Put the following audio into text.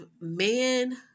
man